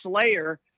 Slayer